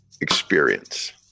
experience